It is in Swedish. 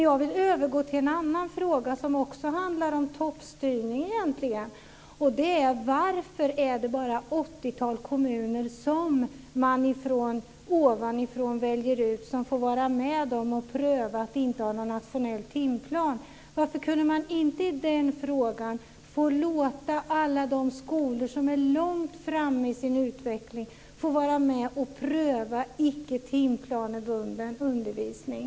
Jag vill övergå till en annan fråga som också egentligen handlar om toppstyrning och det är: Varför är det bara ett åttiotal kommuner, som man ovanifrån väljer ut, som får vara med om att pröva att inte ha någon nationell timplan? Varför kunde man inte i den frågan låta alla de skolor som är långt framme i sin utveckling få vara med och pröva icke timplansbunden undervisning?